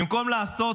במקום לעשות